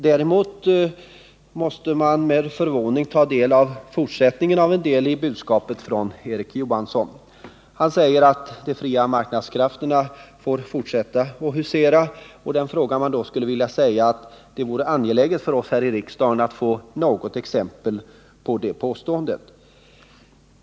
Däremot måste man med förvåning ta del av fortsättningen i budskapet från Erik Johansson. Han säger att de fria marknadskrafterna får fortsätta att husera. Det vore angeläget för oss här i riksdagen att få något exempel på det.